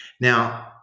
Now